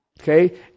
Okay